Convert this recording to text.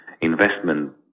investment